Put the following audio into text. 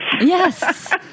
Yes